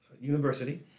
University